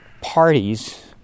parties